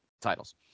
titles